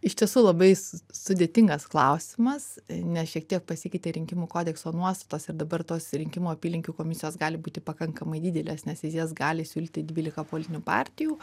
iš tiesų labai sudėtingas klausimas nes šiek tiek pasikeitė rinkimų kodekso nuostatos ir dabar tos rinkimų apylinkių komisijos gali būti pakankamai didelės nes į jas gali siūlyti dvylika politinių partijų